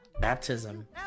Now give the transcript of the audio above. Baptism